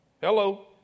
Hello